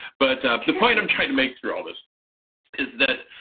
but the point i'm trying to make through all this is that